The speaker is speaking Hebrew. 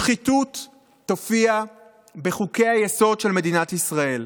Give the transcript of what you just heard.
שחיתות תופיע בחוקי-היסוד של מדינת ישראל.